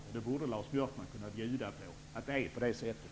Lars Björkman borde kunna säga att det är på det sättet.